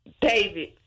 David